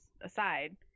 aside